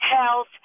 health